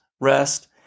rest